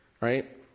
right